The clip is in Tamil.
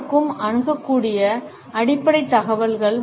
யாருக்கும் அணுகக்கூடிய அடிப்படை தகவல்கள்